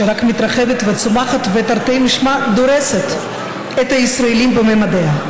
שרק מתרחבת וצומחת ותרתי משמע דורסת את הישראלי בממדיה.